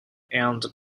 and